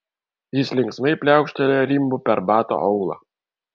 jis linksmai pliaukštelėjo rimbu per bato aulą